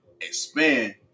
expand